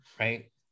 Right